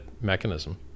mechanism